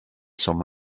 som